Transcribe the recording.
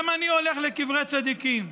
גם אני הולך לקברי צדיקים,